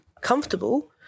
comfortable